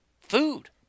Food